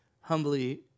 humbly